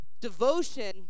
Devotion